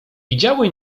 widziały